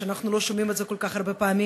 ואנחנו לא שומעים את זה כל כך הרבה פעמים.